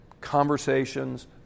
conversations